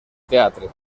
teatre